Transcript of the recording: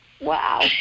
Wow